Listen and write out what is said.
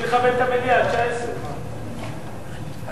היושב-ראש, זו ההחלטה של הנשיאות.